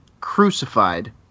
crucified